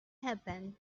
happen